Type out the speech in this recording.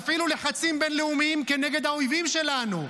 תפעילו לחצים בין-לאומיים כנגד האויבים שלנו.